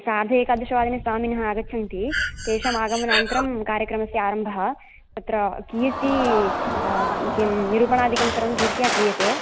सार्ध एकादशवादने स्वामिनः आगच्छन्ति तेषाम् आगमनानन्तरं कार्यक्रमस्य आरम्भः तत्र कीर्ति किं निरूपाणदाकिं सर्वं कीर्त्या क्रियते